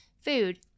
food